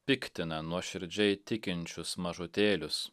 piktina nuoširdžiai tikinčius mažutėlius